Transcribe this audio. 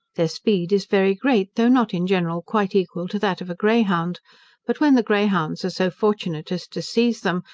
their speed is very great, though not in general quite equal to that of a greyhound but when the greyhounds are so fortunate as to seize them,